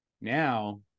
Now